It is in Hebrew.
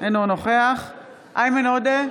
אינו נוכח איימן עודה,